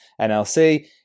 NLC